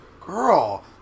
girl